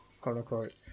quote-unquote